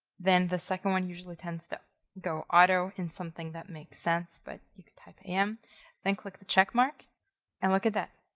then the second one usually tends to go auto in something that makes sense, but you can type am then click the check mark and look at that,